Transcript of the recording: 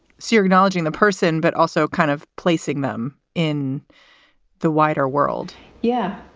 searing knowledge in the person, but also kind of placing them in the wider world yeah,